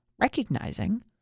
recognizing